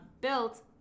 built